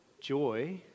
joy